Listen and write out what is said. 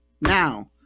now